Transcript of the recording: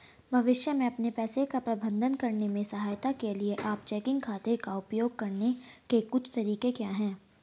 भविष्य में अपने पैसे का प्रबंधन करने में सहायता के लिए आप चेकिंग खाते का उपयोग करने के कुछ तरीके क्या हैं?